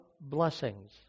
blessings